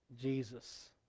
Jesus